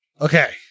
okay